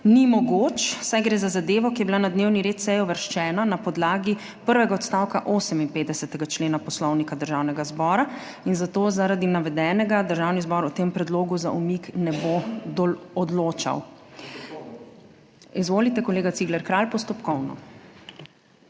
ni mogoč, saj gre za zadevo, ki je bila na dnevni red seje uvrščena na podlagi prvega odstavka 58. člena Poslovnika Državnega zbora in zato zaradi navedenega Državni zbor o tem predlogu za umik ne bo odločal. Izvolite, kolega Cigler Kralj, postopkovno.